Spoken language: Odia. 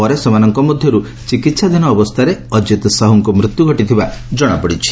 ପରେ ସେମାନଙ୍କ ମଧ୍ୟରୁ ଚିକିହାଧୀନ ଅବସ୍ଥାରେ ଅଜିତ ସାହୁଙ୍କ ମୃତ୍ୟୁ ଘଟିଥିବା ଜଣାପଡ଼ିଛି